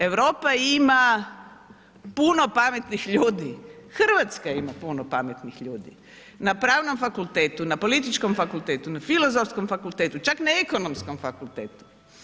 Europa ima puno pametnih ljudi, Hrvatska ima puno pametnih ljudi, na pravnom fakultetu, na političkom fakultetu, na filozofskom fakultetu, čak na ekonomskom fakultetu.